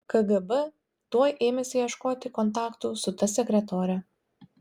kgb tuoj ėmėsi ieškoti kontaktų su ta sekretore